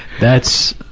that's,